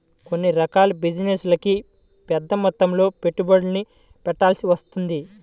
కొన్ని రకాల బిజినెస్లకి పెద్దమొత్తంలో పెట్టుబడుల్ని పెట్టాల్సి వత్తది